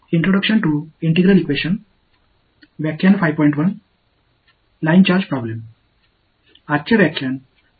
இன்றைய பாடத்தில் ஒருங்கிணைந்த சமன்பாடுகள் மற்றும் ஒரு ஒருங்கிணைந்த சமன்பாட்டிற்கான முதல் அறிமுகத்தை பற்றியதாக இருக்கும்